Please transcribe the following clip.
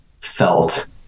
felt